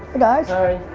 guys. hi.